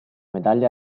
medaglia